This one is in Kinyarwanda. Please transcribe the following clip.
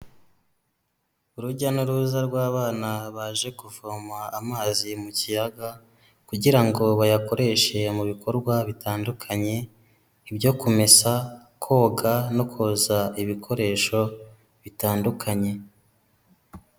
Urujya n'uruza rw'abana baje kuvoma amazi mu kiyaga kugira ngo bayakoreshe mu bikorwa bitandukanye, ibyo kumesa, koga no koza ibikoresho bitandukanye.